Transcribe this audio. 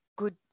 good